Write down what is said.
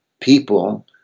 people